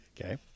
Okay